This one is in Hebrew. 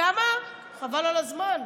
שם, חבל על הזמן,